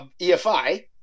EFI